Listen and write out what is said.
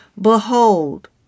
Behold